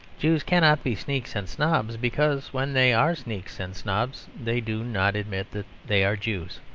jews cannot be sneaks and snobs, because when they are sneaks and snobs they do not admit that they are jews.